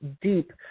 deep